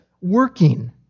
working